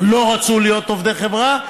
לא רצו להיות עובדי חברה,